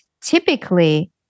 typically